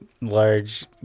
large